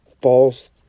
false